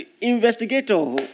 investigator